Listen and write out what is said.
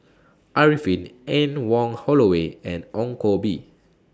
Arifin Anne Wong Holloway and Ong Koh Bee